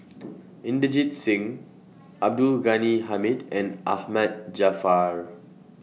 Inderjit Singh Abdul Ghani Hamid and Ahmad Jaafar